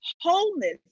wholeness